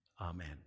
Amen